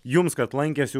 jums kad lankėsi